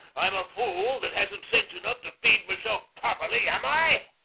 i'm a fool that hasn't sense enough to feed myself properly, am i?